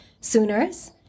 Sooners